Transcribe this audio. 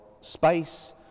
space